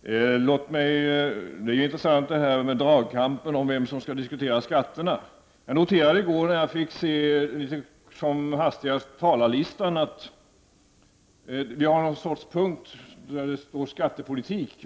Det är intressant, det här med dragkampen om vem som skall diskutera skatterna. I går, när jag som hastigast fick se talarlistan, noterade jag att det fanns en punkt där det står skattepolitik.